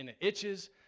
itches